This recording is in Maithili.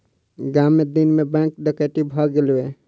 गाम मे दिन मे बैंक डकैती भ गेलै